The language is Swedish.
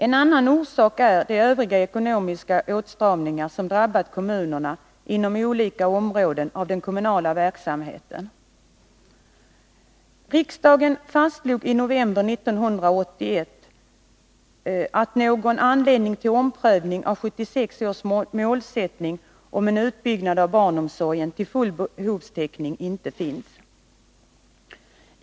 En annan orsak är de övriga ekonomiska åtstramningar som drabbat kommunerna inom olika områden av den kommunala verksamheten. Riksdagen fastslog emellertid i november 1981 att det inte finns någon anledning till omprövning av 1976 års målsättning om en utbyggnad av barnomsorgen till full behovstäckning.